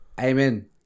Amen